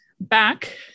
back